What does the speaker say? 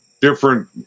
different